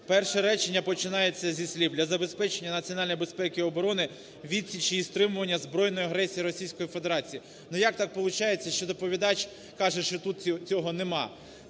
перше речення починається зі слів "для забезпечення національної безпеки і оборони, відсічі і стримування збройної агресії Російської Федерації". Ну, як так получається, що доповідач каже, що тут цього немає?